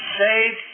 save